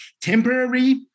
temporary